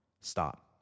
Stop